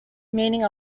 meaning